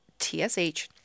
TSH-